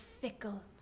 fickle